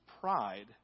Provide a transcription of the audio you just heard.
pride